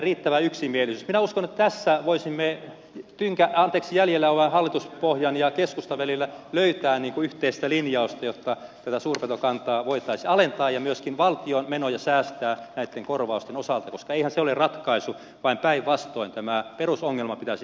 minä uskon että tässä voisimme tynkä anteeksi jäljellä olevan hallituspohjan ja keskustan välillä löytää yhteistä linjausta jotta tätä suurpetokantaa voitaisiin alentaa ja myöskin valtion menoja säästää näitten korvausten osalta koska eihän se ole ratkaisu vaan päinvastoin tämä perusongelma pitäisi ensin ratkaista